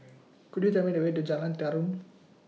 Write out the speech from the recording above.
Could YOU Tell Me The Way to Jalan Tarum